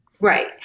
right